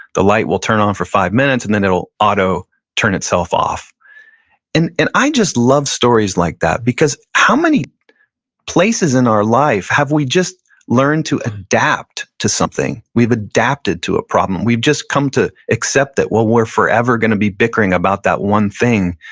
the light will turn on for five minutes and then it'll auto turn itself off and i just love stories like that because how many places in our life have we just learned to adapt to something? we've adapted to a problem, we've just come to accept that well, we're forever gonna be bickering about that one thing.